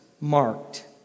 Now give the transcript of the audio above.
marked